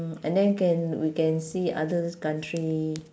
mm and then can we can see other country